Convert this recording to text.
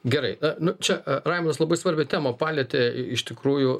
gerai nu čia raimondas labai svarbią temą palietė iš tikrųjų